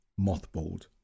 mothballed